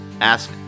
Ask